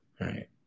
Right